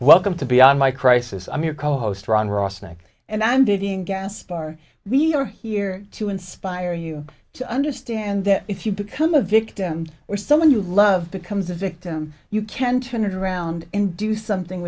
welcome to beyond my crisis i'm your co host ron ross like and i'm giving gasp are we are here to inspire you to understand that if you become a victim or someone you love becomes a victim you can turn it around and do something